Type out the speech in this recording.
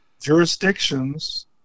jurisdictions